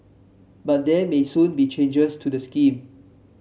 but there may soon be changes to the scheme